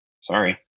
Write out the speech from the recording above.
Sorry